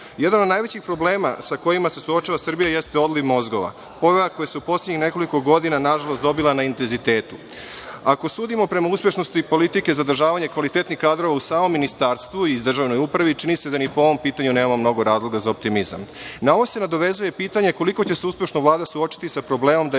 od najvećih problema sa kojima se suočava Srbija jeste odliv mozgova, onaj koji je poslednjih nekoliko godina, nažalost, dobio na intenzitetu. Ako sudimo prema uspešnosti, i politike zadržavanja kvalitetnih kadrova u samom ministarstvu iz državne uprave, i čini mi se da ni po ovom pitanju nema mnogo razloga za optimizam. Na ovo se nadovezuje pitanje, koliko će uspešno Vlada suočiti sa problemom da je